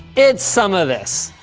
it's some of this,